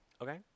Okay